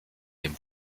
dem